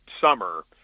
summer